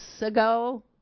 ago